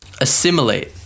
assimilate